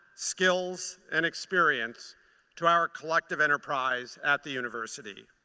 skills and experience to our collective enterprise at the university.